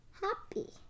happy